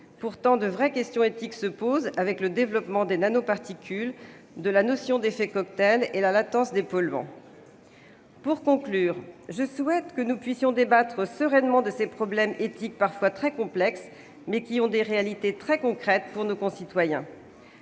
Pourtant, de vraies questions éthiques se posent avec le développement des nanoparticules, de la notion d'effet cocktail et la latence des polluants. Pour conclure, je souhaite que nous puissions débattre sereinement de ces problèmes éthiques parfois très complexes, mais qui recouvrent des réalités très concrètes pour nos concitoyens.